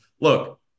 look